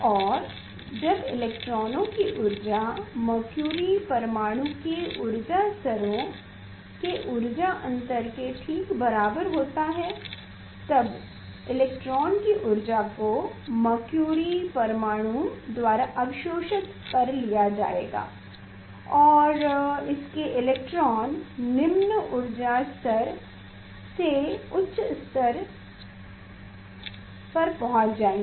और जब इलेक्ट्रॉनों की ऊर्जा मरक्युरि परमाणु के ऊर्जा स्तरों के ऊर्जा अंतर के ठीक बराबर होता है तब इलेक्ट्रॉन की ऊर्जा को मरक्युरि परमाणु द्वारा अवशोषित कर लिया जाएगा और उसके इलेक्ट्रॉन निम्न ऊर्जा स्तर से उच्च ऊर्जा स्तर पर पहुँच जायेंगे